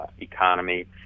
economy